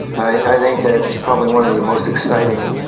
i think that it's probably one of the most exciting